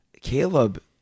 Caleb